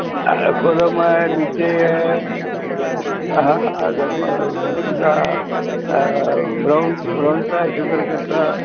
कोलम आहे लुचे आहे हा तुमचा ब्राऊन ब्राऊनचा आहे शुगरकरता